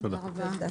ננעלה בשעה